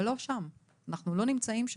אנחנו לא נמצאים שם.